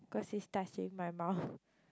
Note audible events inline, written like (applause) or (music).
cause he's touching my mouth (breath)